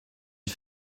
une